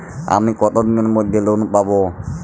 আমি কতদিনের মধ্যে লোন পাব?